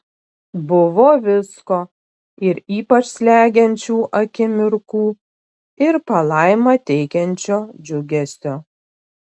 buvo visko ir ypač slegiančių akimirkų ir palaimą teikiančio džiugesio